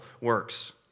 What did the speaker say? works